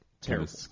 terrible